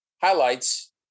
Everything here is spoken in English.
highlights